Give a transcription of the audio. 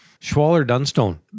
Schwaller-Dunstone